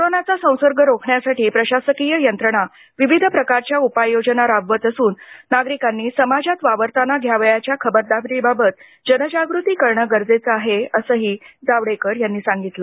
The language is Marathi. कोरोनाचा संसर्ग रोखण्यासाठी प्रशासकीय यंत्रणा विविध प्रकारच्या उपाययोजना राबवित असून नागरिकांनी समाजात वावरताना घ्यावयाच्या खबरदारीबाबत जनजागृती करणे गरजेचे आहे असंही जावडेकर यांनी सांगितलं